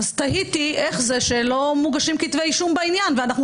תהיתי איך זה שלא מוגשים כתבי אישום בעניין ואנחנו